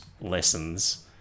lessons